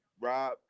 Rob